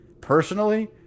personally